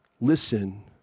listen